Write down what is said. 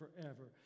forever